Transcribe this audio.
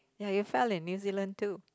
ya you fell in New Zealand too